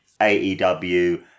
AEW